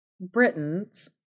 britons